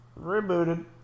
Rebooted